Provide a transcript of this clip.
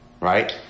Right